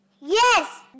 Yes